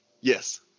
Yes